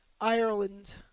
Ireland